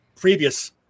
Previous